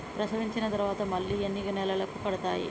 ప్రసవించిన తర్వాత మళ్ళీ ఎన్ని నెలలకు కడతాయి?